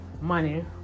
money